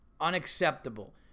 Unacceptable